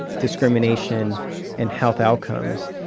discrimination and health outcomes.